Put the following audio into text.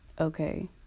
Okay